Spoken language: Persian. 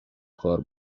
خوار